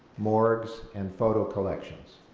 morbs, and photo collections?